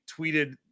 tweeted